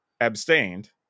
abstained